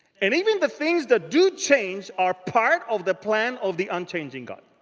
and even the things that do change are part of the plan of the unchanging god.